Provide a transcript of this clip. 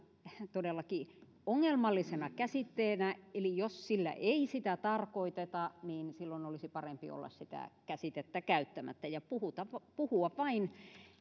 todellakin ongelmallisena käsitteenä eli jos sillä ei sitä tarkoiteta niin silloin olisi parempi olla sitä käsitettä käyttämättä ja puhua vain